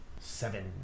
seven